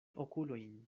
okulojn